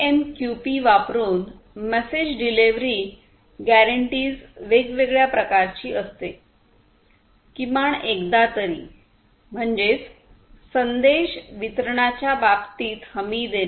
AMQP वापरुन message delivery guarantees वेगवेगळ्या प्रकारची असते किमान एकदा तरी म्हणजेच संदेश वितरणाच्या बाबतीत हमी देणे